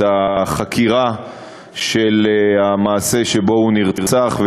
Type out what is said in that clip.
את החקירה של המעשה שבו הוא נרצח,